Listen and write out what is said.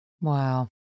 Wow